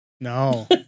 No